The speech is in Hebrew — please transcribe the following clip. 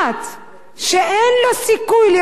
שאין לו סיכוי לרכוש דירה,